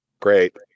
great